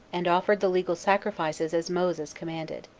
and offered the legal sacrifices, as moses commanded.